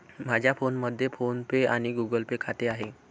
माझ्या फोनमध्ये PhonePe आणि गुगल पे खाते आहे